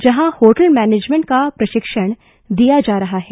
जहां hotel management का प्रशिक्षण दिया जा रहा है